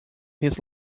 his